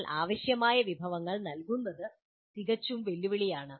എന്നാൽ ആവശ്യമായ വിഭവങ്ങൾ നൽകുന്നത് തികച്ചും വെല്ലുവിളിയാണ്